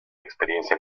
experiencia